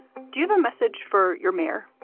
do you have a message for your mayor,